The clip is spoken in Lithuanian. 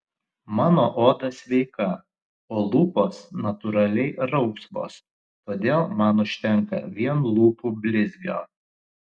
mano oda sveika o lūpos natūraliai rausvos todėl man užtenka vien lūpų blizgio